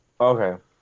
Okay